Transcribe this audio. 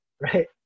right